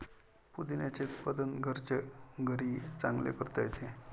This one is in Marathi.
पुदिन्याचे उत्पादन घरच्या घरीही चांगले करता येते